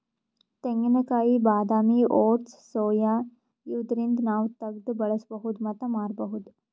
ತೆಂಗಿನಕಾಯಿ ಬಾದಾಮಿ oats soya ಇವ್ದರಿಂದ್ ನಾವ್ ತಗ್ದ್ ಬಳಸ್ಬಹುದ್ ಮತ್ತ್ ಮಾರ್ಬಹುದ್